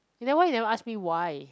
you never why you never ask me why